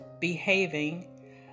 behaving